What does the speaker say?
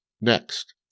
Next